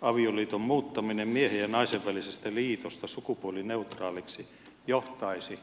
avioliiton muuttaminen miehen ja naisen välisestä liitosta sukupuolineutraaliksi johtaisi